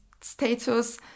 status